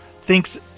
thinks